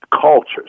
cultures